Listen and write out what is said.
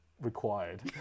required